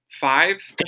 Five